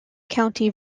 county